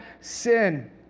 sin